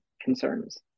concerns